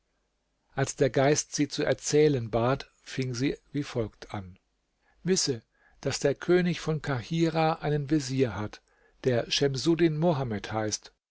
als der geist sie zu erzählen bat fing sie wie folgt an wisse daß der könig von kahirah einen vezier hat der schemsuddin mohammed heißt